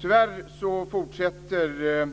Tyvärr fortsätter